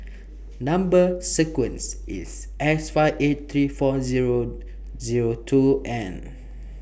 Number sequence IS S five eight three four Zero Zero two N